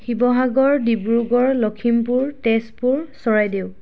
Sivasagar Dibrugarh Lakhimpur Tezpur Charaideo